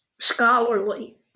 scholarly